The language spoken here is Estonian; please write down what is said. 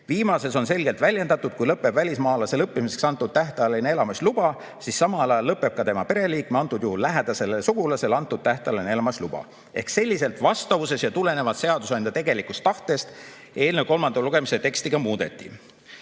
Viimases on selgelt väljendatud: kui lõpeb välismaalasele õppimiseks antud tähtajaline elamisluba, siis samal ajal lõpeb ka tema pereliikmele, antud juhul lähedasele sugulasele antud tähtajaline elamisluba. Ehk selliselt vastavuses ja tulenevalt seadusandja tegelikust tahtest eelnõu kolmanda lugemise teksti ka muudeti.